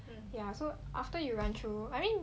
um ya so after you run through I mean